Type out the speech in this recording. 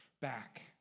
back